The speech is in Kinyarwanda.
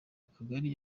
akagari